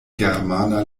germana